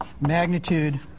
magnitude